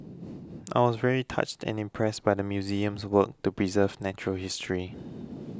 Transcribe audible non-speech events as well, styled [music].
I was very touched and impressed by the museum's work to preserve natural history [noise]